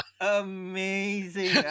Amazing